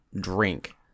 drink